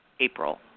April